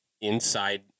inside